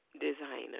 Designer